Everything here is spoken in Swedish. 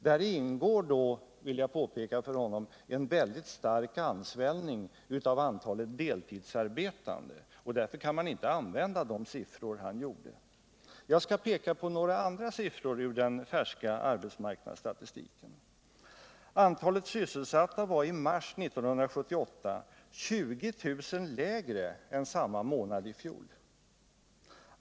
Däri ingår då — vill jag påpeka för honom — en oerhört stark ansvällning av antalet deltidsarbetande. Därför kan man inte, såsom han gjorde, använda de siffrorna. Jag skall peka på några andra siffror i den färska arbetsmarknadsstatistiken. Antalet sysselsatta var i mars 1978 20 000 lägre än samma månad i fjol.